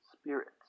spirits